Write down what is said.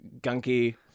gunky